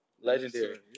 Legendary